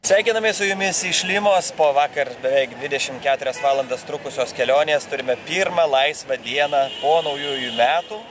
sveikinamės su jumis iš limos po vakar beveik dvidešim keturias valandas trukusios kelionės turime pirmą laisvą dieną po naujųjų metų